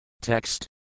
Text